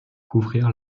couvrir